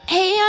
Hey